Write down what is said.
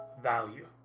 Value